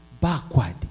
backward